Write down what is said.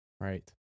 right